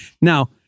Now